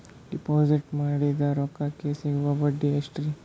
Deposit ಮಾಡಿದ ರೊಕ್ಕಕೆ ಸಿಗುವ ಬಡ್ಡಿ ಎಷ್ಟ್ರೀ?